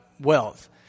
wealth